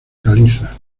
calizas